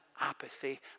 apathy